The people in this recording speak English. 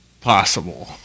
possible